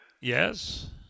Yes